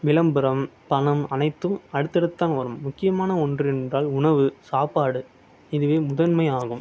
விளம்பரம் பணம் அனைத்தும் அடுத்தடுத்து தான் வரும் முக்கியமான ஒன்று என்றால் உணவு சாப்பாடு இதுவே முதன்மையாகும்